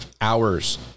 hours